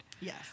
yes